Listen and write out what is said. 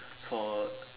four